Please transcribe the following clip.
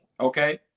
okay